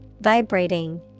Vibrating